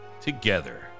together